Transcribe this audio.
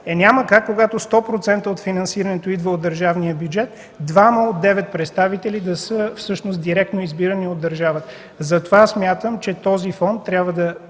Е, няма как, когато 100% от финансирането идва от държавния бюджет, двама от девет представители да са всъщност директно избирани от държавата. Затова смятам, че този фонд трябва да